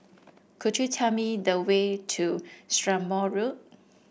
could you tell me the way to Strathmore Road